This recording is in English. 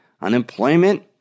Unemployment